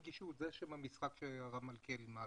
שוב, הנגישות, זה שם המשחק שהרב מלכיאלי מעלה.